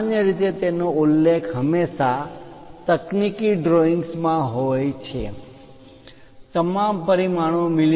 સામાન્ય રીતે તેનો ઉલ્લેખ હંમેશાં તકનીકી ડ્રોઇંગ્સ માં હોય છે તમામ પરિમાણો મી